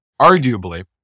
arguably